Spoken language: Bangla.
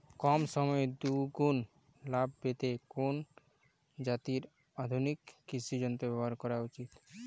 কম সময়ে দুগুন লাভ পেতে কোন জাতীয় আধুনিক কৃষি যন্ত্র ব্যবহার করা উচিৎ?